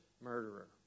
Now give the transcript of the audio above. murderer